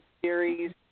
series